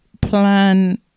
plan